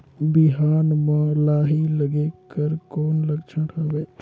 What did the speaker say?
बिहान म लाही लगेक कर कौन लक्षण हवे?